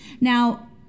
Now